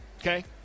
okay